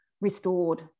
restored